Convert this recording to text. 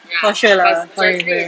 for sure lah correct correct